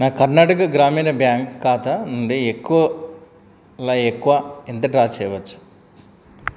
నా కర్ణాటక గ్రామీణ బ్యాంక్ ఖాతా నుండి ఎక్కువలో ఎక్కువ ఎంత డ్రా చెయ్యవచ్చు